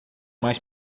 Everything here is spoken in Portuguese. mais